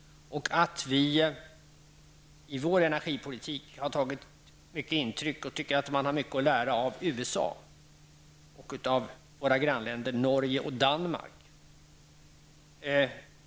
I vår energipolitik har vi tagit mycket stort intryck av USA, vi tycker att Sverige har mycket att lära av USA, liksom av våra grannländer Norge och Danmark.